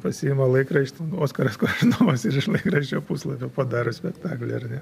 pasiima laikraštį oskaras koršunovas ir iš trečio puslapio padaro spektaklį ar ne